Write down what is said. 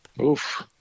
Oof